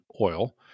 oil